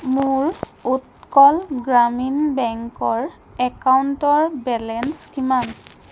মোৰ উৎকল গ্ৰামীণ বেংকৰ একাউণ্টৰ বেলেঞ্চ কিমান